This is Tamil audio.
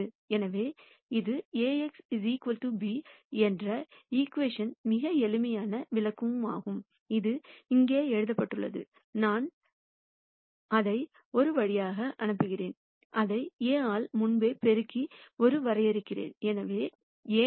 எனவே இது Ax b என்ற ஈகிவேஷன் மிக எளிமையான விளக்கமாகும் இது இங்கே எழுதப்பட்டுள்ளது x நான் அதை ஒரு வழியாக அனுப்புகிறேன் அதை A ஆல் முன்பே பெருக்கி ஒரு வரையறுக்கிறேன் எனவே A முறை x b